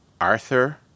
Arthur